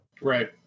Right